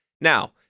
Now